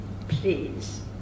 Please